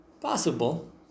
Possible